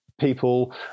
people